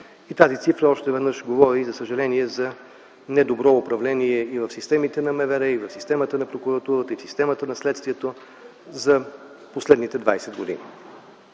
Тази цифра още веднъж говори, за съжаление, за недобро управление и в системата на МВР, и в системата на Прокуратурата, и в системата на следствието за последните 20 години.